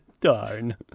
Darn